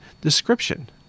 description